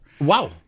Wow